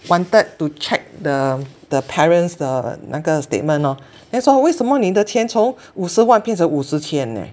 wanted to check the the parents 的那个 statement lor then 说为什么你的钱从五十万变成五十千 leh